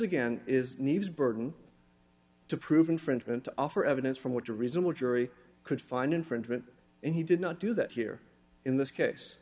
again is neves burden to prove infringement to offer evidence from which a reasonable jury could find infringement and he did not do that here in this case